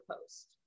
post